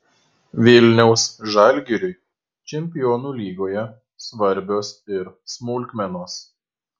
vilniaus žalgiriui čempionų lygoje svarbios ir smulkmenos